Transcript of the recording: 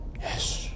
Yes